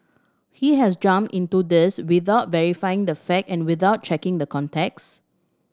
he has jumped into this without verifying the fact and without checking the context